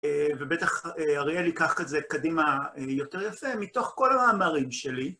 ובטח אריאל ייקח את זה קדימה יותר יפה מתוך כל המאמרים שלי.